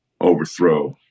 overthrow